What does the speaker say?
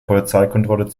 polizeikontrolle